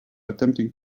attempting